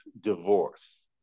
divorce